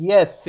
Yes